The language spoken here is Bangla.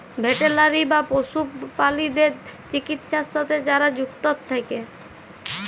ভেটেলারি বা পশু প্রালিদ্যার চিকিৎছার সাথে যারা যুক্ত থাক্যে